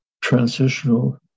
transitional